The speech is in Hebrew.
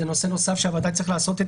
זה נושא נוסף שהוועדה תצטרך לעשות את